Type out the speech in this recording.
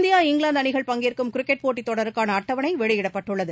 India England அணிகள் பங்கேற்கும் cricket போட்டித் தொடருக்கான அட்டவனை வெளியிடப்பட்டுள்ளது